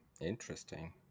Interesting